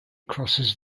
crosses